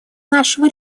нашего